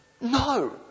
No